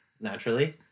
naturally